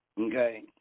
okay